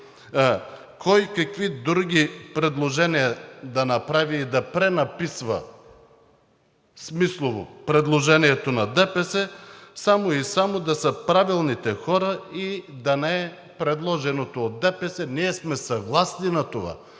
кой какви други предложения да направи и да пренаписва смислово предложението на ДПС само и само да са правилните хора и да не е предложеното от ДПС. Ние сме съгласни на това.